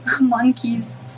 monkeys